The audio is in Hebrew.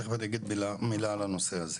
תכף אני אגיד מילה גם על הנושא הזה.